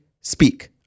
speak